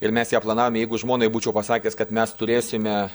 ir mes ją planavom jeigu žmonai būčiau pasakęs kad mes turėsime